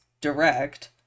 Direct